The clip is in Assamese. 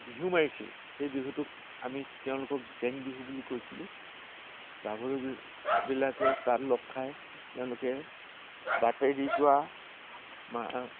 বিহু মাৰিছে সেই বিহুটোক আমি তেওঁলোকক জেং বিহু বুলি কৈছিলোঁ গাভৰুবি বিলাকে তাত লগ খাই তেওঁলোকে বাটেদি যোৱা মা